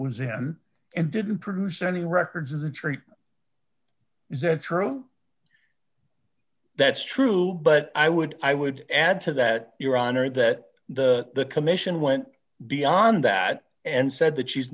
was him and didn't produce any records of the tree is that true that's true but i would i would add to that your honor that the commission went beyond that and said that she's